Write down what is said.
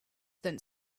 then